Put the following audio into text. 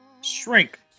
Shrink